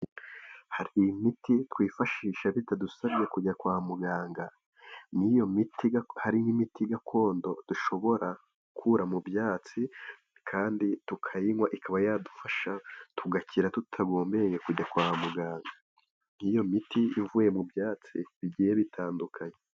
Hari imiti twifashisha bitadusabye kujya kwa muganga. Hari imiti gakondo dushobora gukura mu byatsi kandi tukayinywa ikaba yadufasha tugakira tutagombye kujya kwa muganga nk'iyo miti ivuye mu byatsi bigiye bitandukanye.